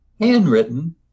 handwritten